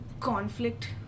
Conflict